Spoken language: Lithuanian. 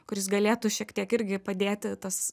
kuris galėtų šiek tiek irgi padėti tas